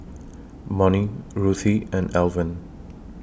Monnie Ruthie and Alvin